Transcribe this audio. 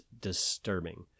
disturbing